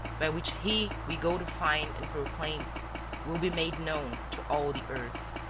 by which he we go to find and proclaim will be made known to all the earth.